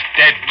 dead